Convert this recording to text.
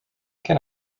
can